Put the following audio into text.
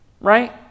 Right